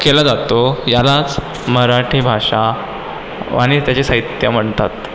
केला जातो यालाच मराठी भाषा आणि त्याचे साहित्य म्हणतात